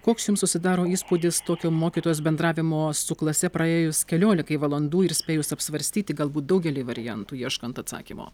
koks jums susidaro įspūdis tokio mokytojos bendravimo su klase praėjus keliolikai valandų ir spėjus apsvarstyti galbūt daugelį variantų ieškant atsakymo